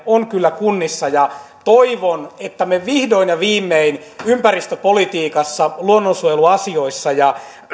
on kyllä kunnissa toivon että me vihdoin ja viimein ympäristöpolitiikassa luonnonsuojeluasioissa ja